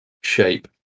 shape